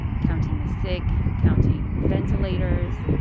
counting the sick, counting ventilators,